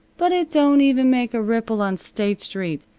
but it don't even make a ripple on state street.